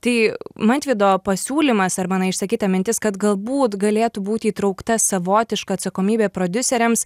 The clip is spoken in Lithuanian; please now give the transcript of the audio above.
tai mantvido pasiūlymas arba na išsakyta mintis kad galbūt galėtų būt įtraukta savotiška atsakomybė prodiuseriams